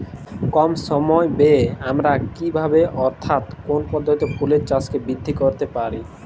কম সময় ব্যায়ে আমরা কি ভাবে অর্থাৎ কোন পদ্ধতিতে ফুলের চাষকে বৃদ্ধি করতে পারি?